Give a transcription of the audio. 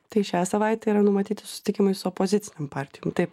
tai šią savaitę yra numatyti susitikimai su opozicinėm partijom taip